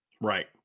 Right